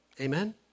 Amen